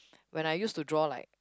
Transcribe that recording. when I used to draw like